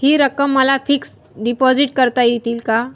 हि रक्कम मला फिक्स डिपॉझिट करता येईल का?